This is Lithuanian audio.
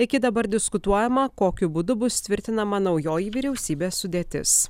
iki dabar diskutuojama kokiu būdu bus tvirtinama naujoji vyriausybės sudėtis